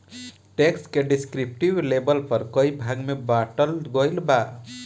tax के descriptive label पर कई भाग में बॉटल गईल बा